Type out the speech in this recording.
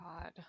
god